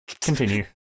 Continue